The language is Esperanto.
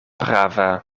prava